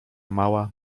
mała